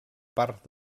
part